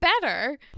better